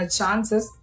chances